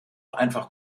einfach